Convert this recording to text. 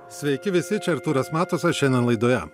sveiki visi čia artūras matusas šiandien laidoje